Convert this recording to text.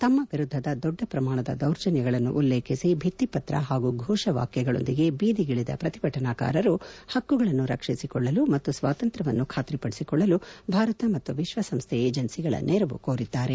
ತಮ್ಮ ವಿರುದ್ದದ ದೊಡ್ಡ ಪ್ರಮಾಣದ ದೌರ್ಜನ್ಯಗಳನ್ನು ಉಲ್ಲೇಖಿಸಿ ಭಿತ್ತಿ ಪತ್ರ ಹಾಗೂ ಫೋಷವಾಕ್ಯಗಳೊಂದಿಗೆ ಬೀದಿಗಿಳಿದ ಪ್ರತಿಭಟನಕಾರಾರು ಹಕ್ಕುಗಳನ್ನು ರಕ್ಷಿಸಿಕೊಳ್ಳಲು ಮತ್ತು ಸ್ಲಾತಂತ್ರ್ವವನ್ನು ಖಾತ್ರಿಪದಿಸಿಕೊಳ್ಳಲು ಭಾರತ ಮತ್ತು ವಿಶ್ಲ ಸಂಸ್ಡೆ ಏಜೆನ್ನೀಗಳ ನೆರವು ಕೋರಿದ್ದಾರೆ